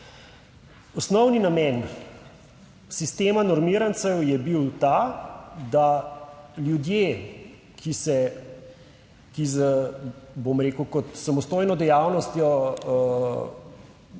Osnovni namen sistema normirancev je bil ta, da ljudje, ki z, bom rekel, kot samostojno dejavnostjo